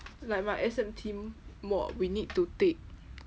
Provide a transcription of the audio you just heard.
like my S_M_T mod we need to take